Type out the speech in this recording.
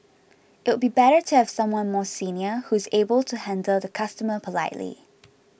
it'll be better to have someone more senior who's able to handle the customer politely